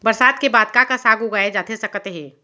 बरसात के बाद का का साग उगाए जाथे सकत हे?